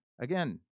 Again